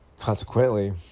consequently